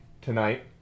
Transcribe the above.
tonight